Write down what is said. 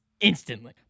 instantly